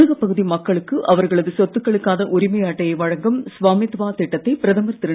ஊரகப் பகுதி மக்களுக்கு அவர்களது சொத்துக்களுக்கான உரிமை அட்டையை வழங்கும் ஸ்வமித்வா திட்டத்தை பிரதமர் திரு